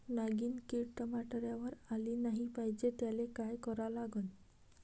नागिन किड टमाट्यावर आली नाही पाहिजे त्याले काय करा लागन?